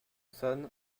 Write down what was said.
sonne